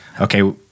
Okay